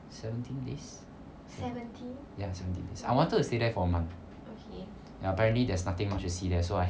seventeen days ya seventeen I wanted to stay there for a month but apparently there's nothing much to see there so I